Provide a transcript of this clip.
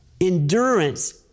Endurance